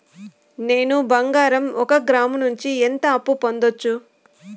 నేను బంగారం ఒక గ్రాము నుంచి ఎంత అప్పు పొందొచ్చు